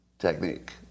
technique